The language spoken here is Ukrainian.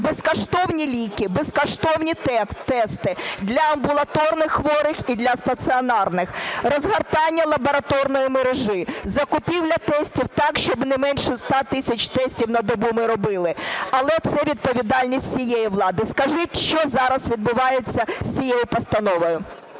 Безкоштовні ліки, безкоштовні тести для амбулаторних хворих і для стаціонарних. Розгортання лабораторної мережі, закупівля тестів так, щоб не менше 100 тисяч тестів на добу ми робили. Але це відповідальність всієї влади. Скажіть, що зараз відбувається з цією постановою?